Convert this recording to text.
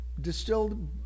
distilled